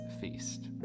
feast